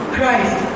Christ